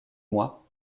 moi